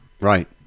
Right